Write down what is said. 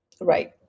Right